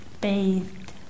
bathed